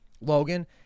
Logan